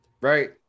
Right